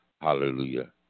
Hallelujah